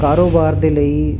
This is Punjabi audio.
ਕਾਰੋਬਾਰ ਦੇ ਲਈ